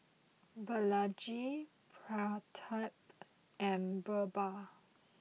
Balaji Pratap and Birbal